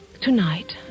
tonight